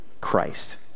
Christ